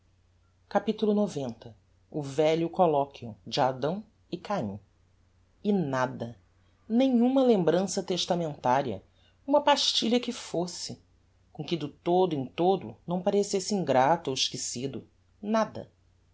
capitulo xc o velho colloquio de adão e caim e nada nenhuma lembrança testamentaria uma pastilha que fosse com que do todo em todo não parecesse ingrato ou esquecido nada